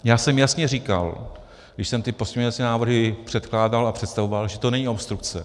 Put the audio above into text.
Já jsem jasně říkal, když jsem ty pozměňovací návrhy předkládal a představoval, že to není obstrukce.